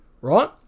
right